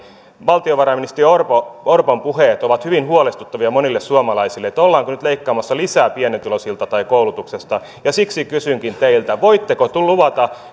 valtiovarainministeri orpon orpon puheet ovat monille suomalaisille hyvin huolestuttavia että ollaanko nyt leikkaamassa lisää pienituloisilta tai koulutuksesta kysynkin teiltä voitteko luvata